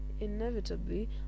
Inevitably